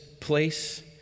place